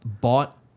bought